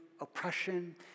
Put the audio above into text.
oppression